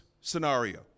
scenario